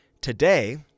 today